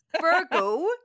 Virgo